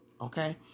okay